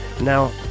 Now